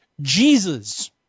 Jesus